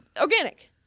Organic